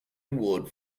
award